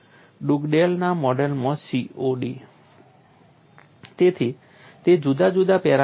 ડુગડેલના મોડેલમાંથી COD તેથી તે જુદા જુદા પેરામીટર્સ નથી